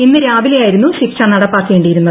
ഇന്ന് രാവിലെയായിരുന്നു ശിക്ഷ നടപ്പാക്കേണ്ടിയിരുന്നത്